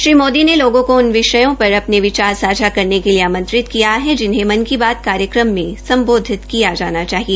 श्री मोदी ने लोगों को उन विषयों पर अपने विचार सांझा करने के लिए आमंत्रित किया है जिन्हें मन की बता कार्यक्रम में स्मबोधित किया जाना चाहिए